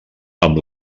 amb